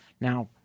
now